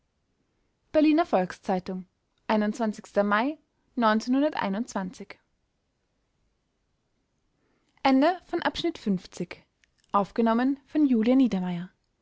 berliner volks-zeitung mai